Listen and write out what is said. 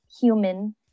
human